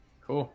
Cool